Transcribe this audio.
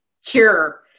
Sure